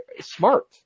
smart